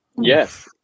Yes